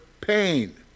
pain